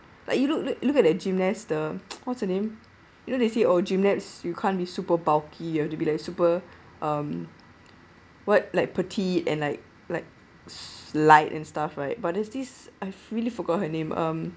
like you look look look at the gymnast the what's the name you know they say oh gymnasts you can't be super bulky ya to be like super um what like petite and like like slight and stuff right but there's this I really forgot her name um